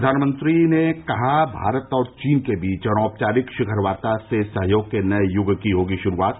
प्रधानमंत्री ने कहा भारत और चीन के बीच अनौपचारिक शिखर वार्ता से सहयोग के नये युग की होगी शुरूआत